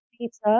pizza